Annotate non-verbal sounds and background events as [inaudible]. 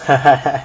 [laughs]